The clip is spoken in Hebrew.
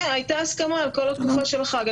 כן, הייתה הסכמה על כל התקופה של החג.